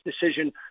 decision